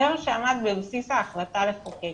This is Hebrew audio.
זה מה שעמד בבסיס ההחלטה לחוקק